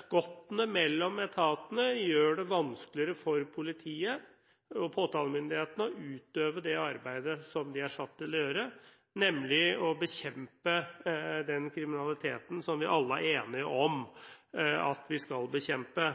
skottene mellom etatene gjør det vanskeligere for politiet og påtalemyndigheten å utøve det arbeidet som de er satt til å gjøre, nemlig å bekjempe den kriminaliteten som vi alle er enige om at vi skal bekjempe.